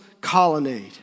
Colonnade